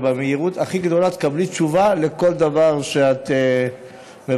ובמהירות הכי גדולה תקבלי תשובה על כל דבר שאת מבקשת.